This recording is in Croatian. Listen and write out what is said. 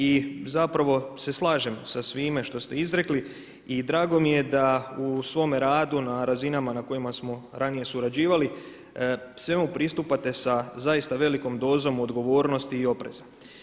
I zapravo se slažem sa svima što ste izrekli i drago mi je da u svome radu na razinama na kojima smo ranije surađivali svemu pristupate sa zaista velikom dozom odgovornosti i opreza.